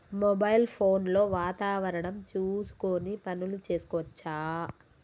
Mobile phone లో వాతావరణం చూసుకొని పనులు చేసుకోవచ్చా?